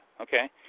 Okay